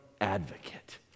advocate